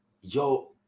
Yo